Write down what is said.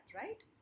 right